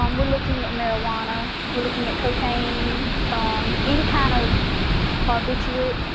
um we're looking at marijuana. we're looking at cocaine, but um any kind of barbiturate,